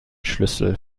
schlüssel